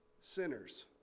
sinners